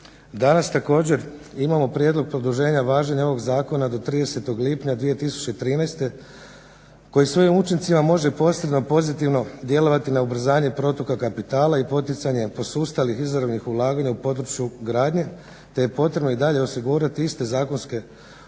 Danas također imamo prijedlog produženja važenja ovog zakona do 30.lipnja 2013. koji svojim učincima može posebno pozitivno djelovati na ubrzanje protoka kapitala i poticanje posustalih izravnih ulaganja u području gradnje te je potrebno i dalje osigurati iste zakonske uvjete